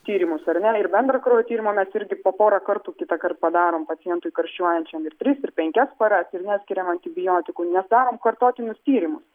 tyrimus ar ne ir bendrą kraujo tyrimą mes irgi po porą kartų kitąkart padarom pacientui karščiuojančiam ir tris ir penkias paras ir neskiriam antibiotikų mes darom kartotinius tyrimus